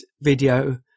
video